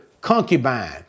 concubine